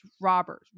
robbers